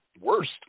worst